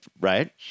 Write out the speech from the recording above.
right